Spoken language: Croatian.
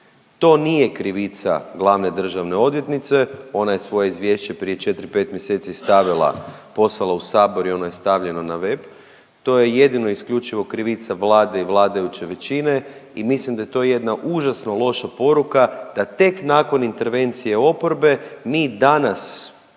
To nije krivica glavne državne odvjetnice, ona je svoje izvješće prije 4-5 mjeseci stavila, poslala u sabor i ono je stavljeno na web, to je jedino i isključivo krivica Vlade i vladajuće većine i mislim da je to jedna užasno loša poruka da tek nakon intervencije oporbe mi danas